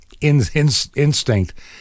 instinct